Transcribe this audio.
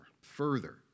further